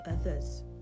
others